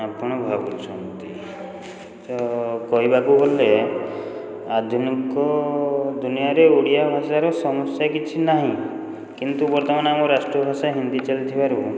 ଆପଣ ଭାବୁଛନ୍ତି ତ କହିବାକୁ ଗଲେ ଆଧୁନିକ ଦୁନିଆରେ ଓଡ଼ିଆ ଭାଷାର ସମସ୍ୟା କିଛି ନାହିଁ କିନ୍ତୁ ବର୍ତ୍ତମାନ ଆମର ରାଷ୍ଟ୍ରୀୟ ଭାଷା ହିନ୍ଦୀ ଚାଲୁଥିବାରୁ